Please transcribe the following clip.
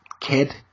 kid